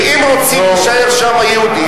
אם רוצים להישאר שם יהודים,